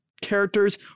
characters